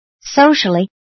Socially